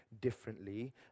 differently